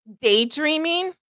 daydreaming